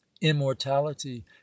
immortality